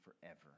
forever